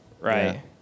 Right